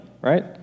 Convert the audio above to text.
right